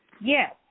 Yes